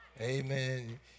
Amen